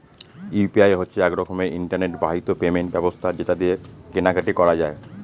UPI হচ্ছে এক রকমের ইন্টারনেট বাহিত পেমেন্ট ব্যবস্থা যেটা দিয়ে কেনা কাটি করা যায়